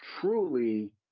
truly